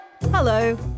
Hello